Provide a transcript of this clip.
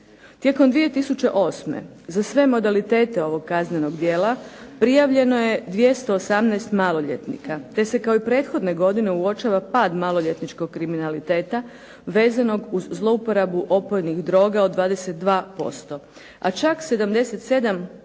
Tijekom 2008. za sve modalitete ovog kaznenog djela prijavljeno je 218 maloljetnika te se kao i prethodne godine uočava pad maloljetničkog kriminaliteta vezanog uz zlouporabu opojnih droga od 22% a čak 77,5%